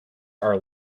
are